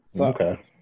Okay